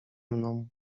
mną